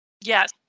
Yes